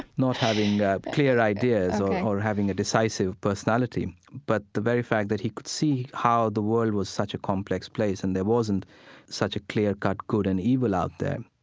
not having clear ideas or having a decisive personality. but the very fact that he could see how the world was such a complex place and there wasn't such a clear-cut good and evil out there,